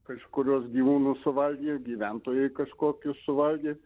kažkurios gyvūnus suvalgė gyventojai kažkokius suvalgė